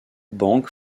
banque